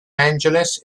angeles